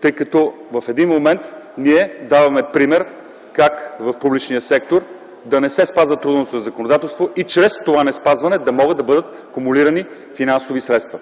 тъй като в един момент ние даваме пример как в публичния сектор да не се спазва трудовото законодателство и чрез това неспазване да могат да бъдат кумулирани финансови средства.